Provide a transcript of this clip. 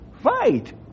fight